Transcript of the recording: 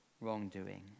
wrongdoing